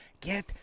get